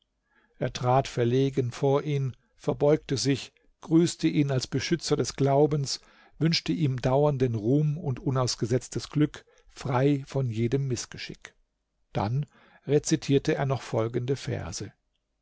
er trat verlegen vor ihn verbeugte sich grüßte ihn als beschützer des glaubens wünschte ihm dauernden ruhm und unausgesetztes glück frei von jedem mißgeschick dann rezitierte er noch folgende verse